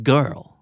Girl